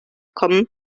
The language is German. kommen